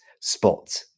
spot